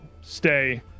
stay